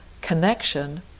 connection